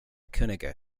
könige